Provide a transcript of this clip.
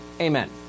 amen